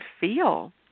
feel